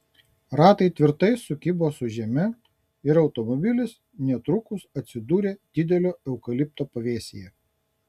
ratai tvirtai sukibo su žeme ir automobilis netrukus atsidūrė didelio eukalipto pavėsyje